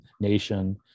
nation